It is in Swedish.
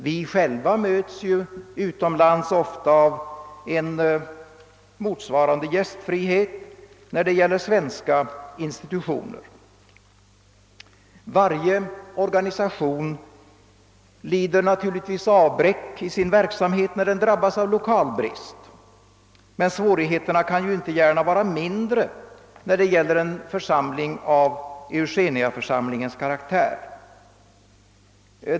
Vi möts ju själva utomlands ofta av en motsvarande gästfrihet när det gäller svenska institutioner. Varje organisation lider naturligtvis avbräck i sin verksamhet när den drab bas av lokalbrist, men svårigheterna kan inte gärna vara mindre när det gäller en församling av Eugeniaförsamlingens karaktär.